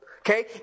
okay